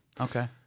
okay